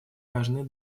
важны